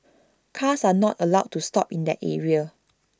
cars are not allowed to stop in that area